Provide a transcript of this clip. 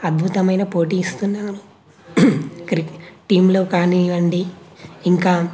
అద్భుతమైన పోటీ ఇస్తున్నారు క్రికెట్ టీంలో కానీయండి ఇంకా